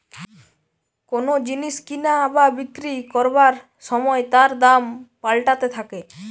কোন জিনিস কিনা বা বিক্রি করবার সময় তার দাম পাল্টাতে থাকে